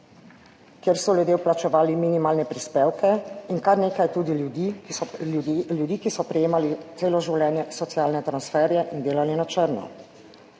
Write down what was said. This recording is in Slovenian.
kjer so ljudje plačevali minimalne prispevke in kar nekaj je tudi ljudi, ki so prejemali celo življenje socialne transferje in delali na črno.